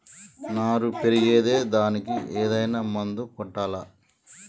నారు పెరిగే దానికి ఏదైనా మందు కొట్టాలా?